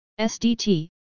SDT